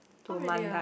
oh really ah